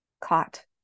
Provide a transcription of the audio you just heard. Caught